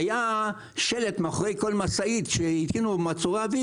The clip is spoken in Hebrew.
והיה שלט "תיזהר" מאחורי כל משאית שהתקינו לו מעצורי אוויר,